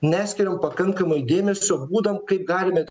neskiriam pakankamai dėmesio būdam kaip galime